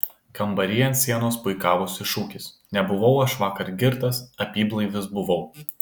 kambary ant sienos puikavosi šūkis nebuvau aš vakar girtas apyblaivis buvau